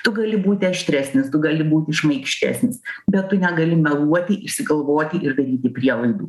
tu gali būti aštresnis du gali būti šmaikštesnis bet tu negali meluoti išsigalvoti ir daryti prielaidų